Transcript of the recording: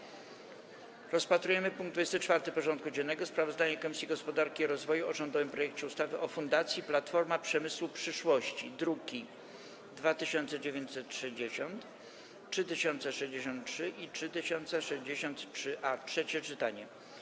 Przystępujemy do rozpatrzenia punktu 24. porządku dziennego: Sprawozdanie Komisji Gospodarki i Rozwoju o rządowym projekcie ustawy o Fundacji Platforma Przemysłu Przyszłości (druki nr 2960, 3063 i 3063-A) - trzecie czytanie.